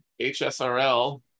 HSRL